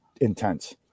intense